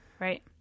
Right